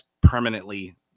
permanently